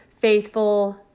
faithful